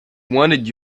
wanted